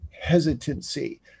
hesitancy